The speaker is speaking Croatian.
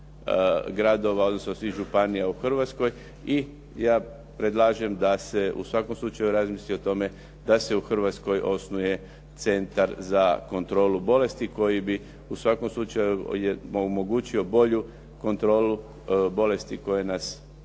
Hrvatskoj osnuje centar za kontrolu bolesti koji bi u svakom slučaju omogućio bolju kontrolu bolesti koje nas čekaju